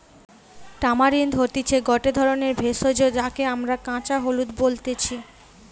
tamarind হতিছে গটে ধরণের ভেষজ যাকে আমরা কাঁচা হলুদ বলতেছি